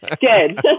good